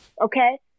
okay